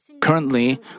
currently